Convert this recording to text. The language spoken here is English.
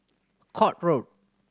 Court Road